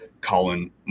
Colin